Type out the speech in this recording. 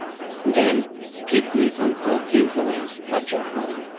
then keep me from all influence but your own.